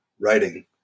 writing